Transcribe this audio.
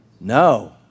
No